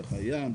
דרך הים,